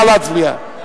נא להצביע.